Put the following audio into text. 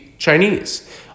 Chinese